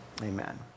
Amen